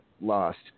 lost